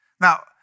Now